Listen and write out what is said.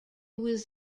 was